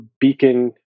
beacon